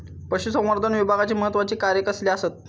पशुसंवर्धन विभागाची महत्त्वाची कार्या कसली आसत?